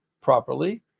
properly